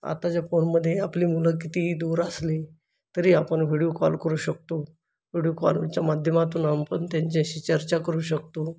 आत्ताच्या फोनमध्ये आपले मुलं कितीही दूर असले तरी आपण व्हिडीओ कॉल करू शकतो व्हिडीओ कॉलच्या माध्यमातून आपण त्यांच्याशी चर्चा करू शकतो